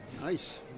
Nice